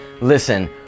Listen